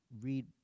read